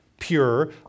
pure